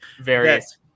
Various